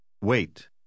Wait